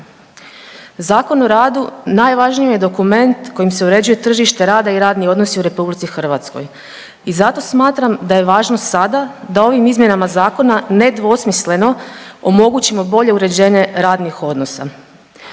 mjesta. ZOR najvažniji je dokument kojim se uređuje tržište rada i radni odnosi u RH i zato smatram da je važno sada da ovim izmjenama zakona nedvosmisleno omogućimo bolje uređenje radnih odnosa.